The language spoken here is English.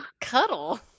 cuddle